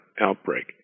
outbreak